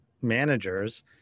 managers